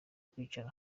kwicara